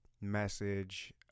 Message